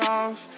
off